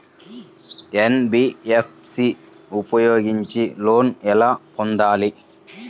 NBFC ఉపయోగించి loan ఎలా పొందాలి?